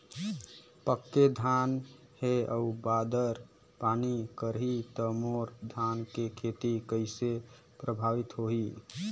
पके धान हे अउ बादर पानी करही त मोर धान के खेती कइसे प्रभावित होही?